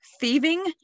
thieving